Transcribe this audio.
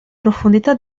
profondità